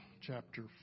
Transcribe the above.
chapter